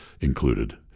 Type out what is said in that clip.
included